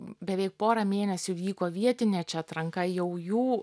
beveik porą mėnesių vyko vietinė čia atranka jau jų